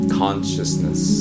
consciousness